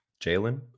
Jalen